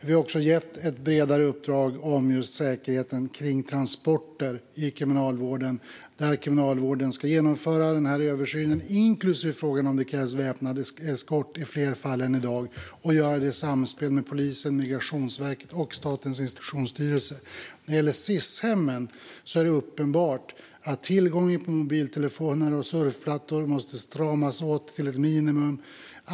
Vi har också gett ett bredare uppdrag om just säkerheten i samband med transporter i kriminalvården. Kriminalvården ska genomföra denna översyn, som inkluderar frågan om det krävs väpnad eskort i fler fall än i dag, och göra det i samspel med polisen, Migrationsverket och Statens institutionsstyrelse. När det gäller Sis-hemmen är det uppenbart att tillgången till mobiltelefoner och surfplattor måste stramas åt till ett minimum.